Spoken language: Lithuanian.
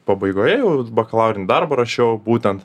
pabaigoje jau bakalaurinį darbą rašiau būtent